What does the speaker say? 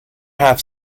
half